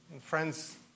Friends